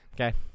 Okay